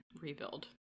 rebuild